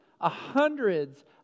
Hundreds